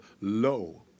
low